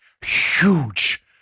huge